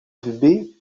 vfb